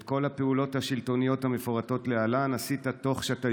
"את כל הפעולות השלטוניות המפורטות להלן עשית תוך שאתה